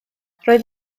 roedd